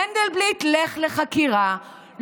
מנדלבליט, לך לחקירה.